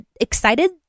excited